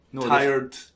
tired